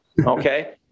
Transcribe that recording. okay